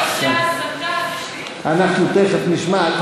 ההסתה, אנחנו תכף נשמע.